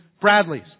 Bradley's